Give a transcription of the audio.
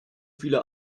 viele